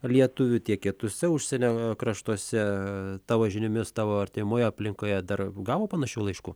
lietuvių tiek kitose užsienio kraštuose tavo žiniomis tavo artimoje aplinkoje dar gavo panašių laiškų